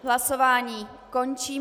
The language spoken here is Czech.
Hlasování končím.